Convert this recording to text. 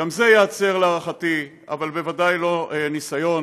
גם זה ייעצר, להערכתי, אבל בוודאי לא ניסיון